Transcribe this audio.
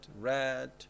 red